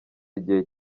igihe